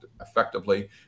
effectively